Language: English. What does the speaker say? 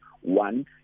one